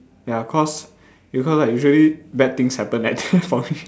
ya cause because like usually bad things happen at there for me